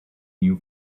new